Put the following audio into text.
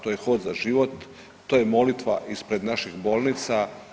To je Hod za život, to je molitva ispred naših bolnica.